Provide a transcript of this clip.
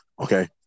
okay